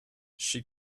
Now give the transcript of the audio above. she